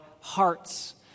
hearts